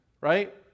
right